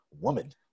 woman